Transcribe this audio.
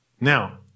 Now